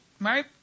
right